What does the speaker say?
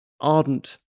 ardent